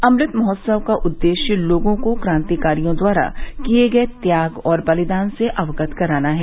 अमृत महोत्सव का उद्देश्य लोगों को कांतिकारियों द्वारा किये गये त्याग और बलिदान से अवगत कराना है